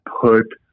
put